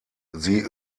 sie